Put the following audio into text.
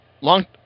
long